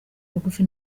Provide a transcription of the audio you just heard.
bugufi